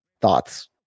Thoughts